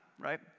right